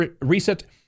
Reset